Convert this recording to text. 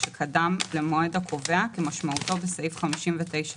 שקדם למועד הקובע כמשמעותו בסעיף 59(ב)."